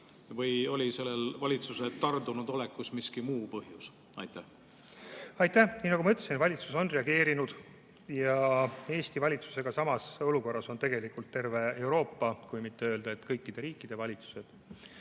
Või oli valitsuse sellisel tardunud olekul mingi muu põhjus? Aitäh! Nii nagu ma ütlesin, valitsus on reageerinud. Ja Eesti valitsusega samas olukorras on tegelikult terve Euroopa, kui mitte öelda kõikide riikide valitsused.